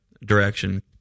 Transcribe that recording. direction